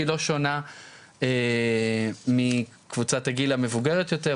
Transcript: היא לא שונה מקבוצת הגיל המבוגרת יותר,